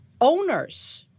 owners